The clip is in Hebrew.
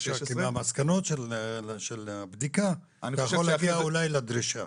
מהמסקנות של הבדיקה אתה יכול להגיע אולי לדרישה.